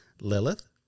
Lilith